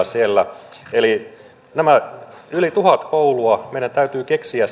siellä eli näihin yli tuhanteen kouluun meidän täytyy keksiä